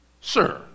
sir